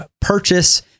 purchase